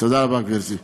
תודה רבה, גברתי.